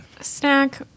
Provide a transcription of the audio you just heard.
Snack